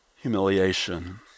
Humiliation